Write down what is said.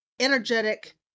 energetic